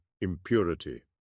impurity